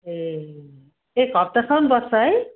ए एक हप्तासम्म बस्छ है